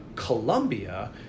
Colombia